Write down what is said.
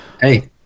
Hey